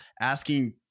asking